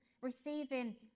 receiving